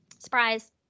Surprise